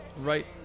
right